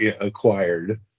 acquired